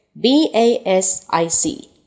B-A-S-I-C